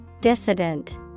Dissident